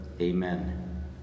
Amen